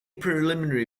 preliminary